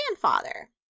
grandfather